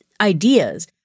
ideas